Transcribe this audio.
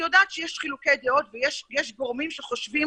אני יודעת שיש חילוקי דעות ויש גורמים שחושבים